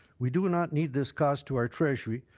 we do not need this cost to our treasury.